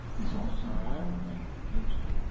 is also the power of magnification.